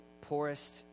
poorest